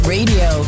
Radio